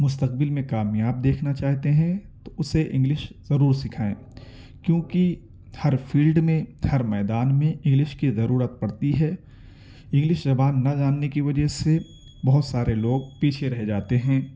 مستقبل میں کامیاب دیکھنا چاہتے ہیں تو اسے انگلش ضرور سکھائیں کیونکہ ہر فیلڈ میں ہر میدان میں انگلش کی ضرورت پڑتی ہے انگلش زبان نہ جاننے کی وجہ سے بہت سارے لوگ پیچھے رہ جاتے ہیں